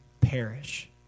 perish